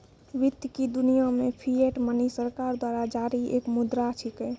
वित्त की दुनिया मे फिएट मनी सरकार द्वारा जारी एक मुद्रा छिकै